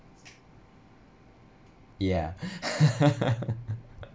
yeah